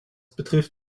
betrifft